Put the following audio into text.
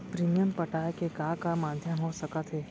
Premium पटाय के का का माधयम हो सकत हे?